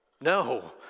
No